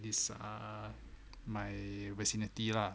this err my vicinity lah